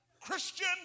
Christian